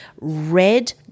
red